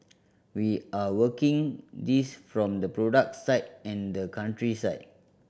we are working this from the product side and the country side